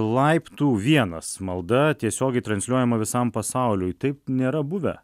laiptų vienas malda tiesiogiai transliuojama visam pasauliui taip nėra buvę